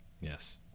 yes